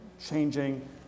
changing